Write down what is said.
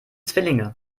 zwillinge